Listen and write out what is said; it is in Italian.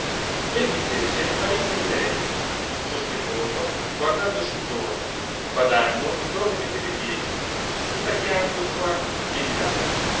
venne invece il marito di lei sospettoso guardandosi intorno badando dove metteva i piedi sputacchiando di qua e di là